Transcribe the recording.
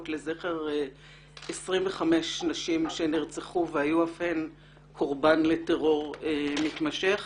לזכר 25 נשים שנרצחו והיו אף הן קורבן לטרור מתמשך.